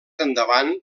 endavant